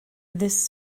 this